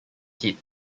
hit